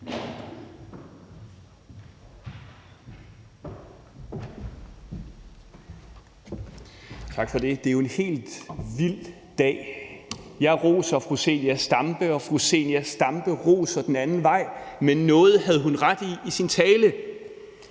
Tak for det. Det er jo en helt vild dag: Jeg roser fru Zenia Stampe, og fru Zenia Stampe roser den anden vej. Men noget havde hun ret i sin tale,